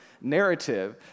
narrative